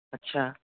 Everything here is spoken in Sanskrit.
अच्छा